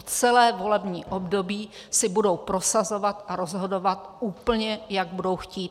Celé volební období si budou prosazovat a rozhodovat úplně, jak budou chtít.